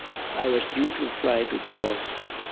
i was due to fly to jos.